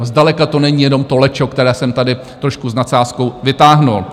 Zdaleka to není jenom to lečo, které jsem tady trošku s nadsázkou vytáhl.